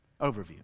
Overview